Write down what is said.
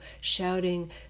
shouting